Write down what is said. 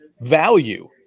value